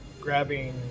grabbing